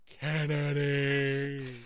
Kennedy